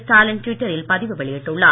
ஸ்டாலின் ட்விட்டரில் பதிவு வெளியிட்டுள்ளார்